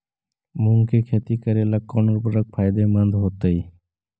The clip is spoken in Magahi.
मुंग के खेती करेला कौन उर्वरक फायदेमंद होतइ?